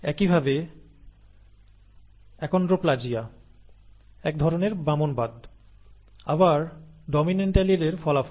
একইভাবে অ্যাকন্ড্রোপ্লাজিয়া এক প্রকার বামনবাদ আবার ডমিন্যান্ট অ্যালিলের ফলাফল